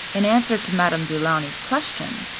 in answer to madame du launy's question,